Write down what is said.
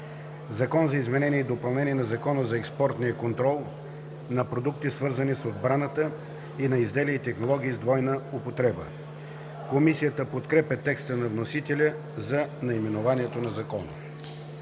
„Закон за изменение и допълнение на Закона за експортния контрол на продукти, свързани с отбраната, и на изделия и технологии с двойна употреба“. Комисията подкрепя текста на вносителя за наименованието на Закона.